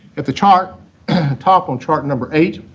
at the chart top on chart number eight,